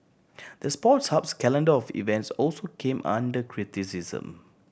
the Sports Hub's calendar of events also came under criticism